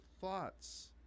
thoughts